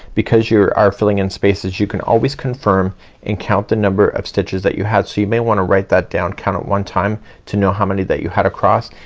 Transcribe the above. because you are filling in spaces you can always confirm and count the number of stitches that you have. so you may wanna write that down. count it one time to know how many that you had across.